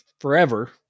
forever